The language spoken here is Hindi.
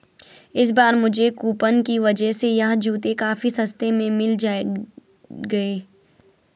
इस बार मुझे कूपन की वजह से यह जूते काफी सस्ते में मिल गए